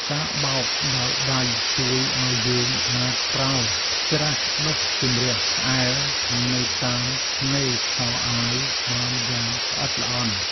ការបោកដោយដៃជួយឱ្យយើងអាចប្រើច្រាសដុសជម្រះក្អែលនៅតាមថ្នេរខោអាវបានយ៉ាងល្អិតល្អន់។